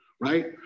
right